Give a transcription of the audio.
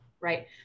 right